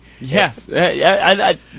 Yes